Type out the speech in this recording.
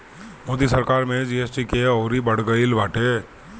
मोदी सरकार में जी.एस.टी के अउरी बढ़ गईल बाटे